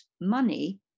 money